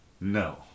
No